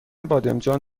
بادمجان